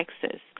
Texas